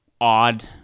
odd